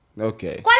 Okay